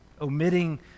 omitting